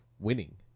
Winning